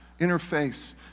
interface